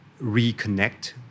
reconnect